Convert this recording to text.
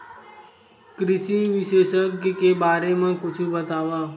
कृषि विशेषज्ञ के बारे मा कुछु बतावव?